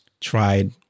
tried